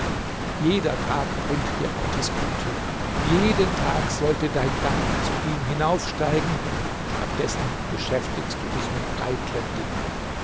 jeder tag bringt dir gottes güte jeden tag sollte dein dank zu ihm hinaufsteigen statt dessen beschäftigst du dich mit eitlen dingen